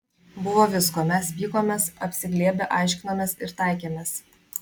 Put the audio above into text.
buvo visko mes pykomės apsiglėbę aiškinomės ir taikėmės